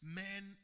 men